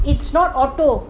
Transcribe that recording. it's not auto